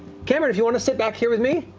cameron, do you want to sit back here with me?